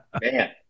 man